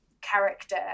character